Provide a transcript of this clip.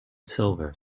silver